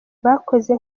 bakoze